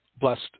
blessed